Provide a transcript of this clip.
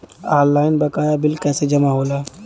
Online बकाया bill कैसे जमा होला?